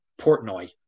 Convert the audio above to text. portnoy